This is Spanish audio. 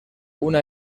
una